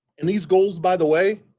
in these goals by the way,